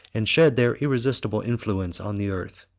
and shed their irresistible influence on the earth.